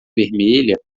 vermelha